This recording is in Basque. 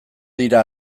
dira